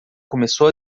começou